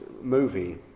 movie